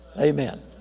Amen